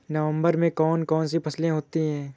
नवंबर में कौन कौन सी फसलें होती हैं?